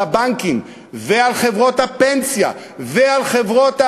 הבנקים ועל חברות הפנסיה ועל חברות,